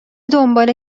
دنبال